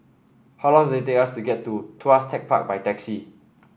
how long does it take to get to Tuas Tech Park by taxi